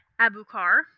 Abukar